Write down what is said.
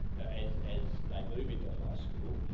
as as they move into high school,